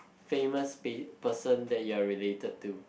famous pa~ person that you are related to